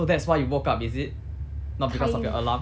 so that's why you woke up is it not because of your alarm